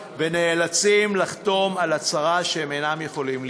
ונאלצים לחתום על הצהרה שהם אינם יכולים לקרוא.